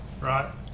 Right